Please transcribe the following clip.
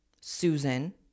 Susan